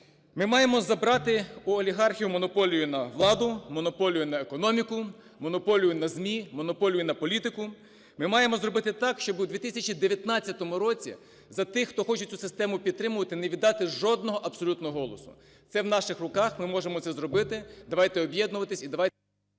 Ми маємо забрати у олігархів монополію на владу, монополію на економіку, монополію на ЗМІ, монополію на політику. Ми маємо зробити так, щоб у 2019 році за тих, хто хоче цю систему підтримувати, не віддати жодного абсолютного голосу. Це в наших руках. Ми можемо це зробити. Давайте об'єднуватись. І давайте…